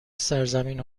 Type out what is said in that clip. سرزمین